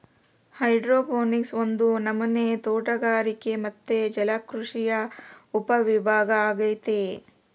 hydroponics ಒಂದು ನಮನೆ ತೋಟಗಾರಿಕೆ ಮತ್ತೆ ಜಲಕೃಷಿಯ ಉಪವಿಭಾಗ ಅಗೈತೆ